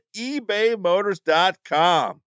ebaymotors.com